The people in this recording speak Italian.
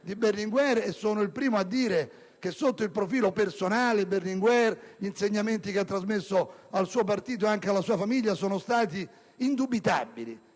di Berlinguer e sono il primo a dire che sotto il profilo personale gli insegnamenti che Berlinguer ha trasmesso al suo partito ed anche la sua famiglia sono stati indubitabili: